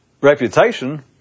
reputation